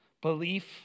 Belief